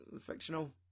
fictional